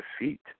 defeat